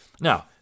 Now